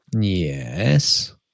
Yes